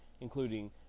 including